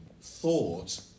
thought